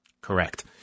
Correct